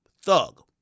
Thug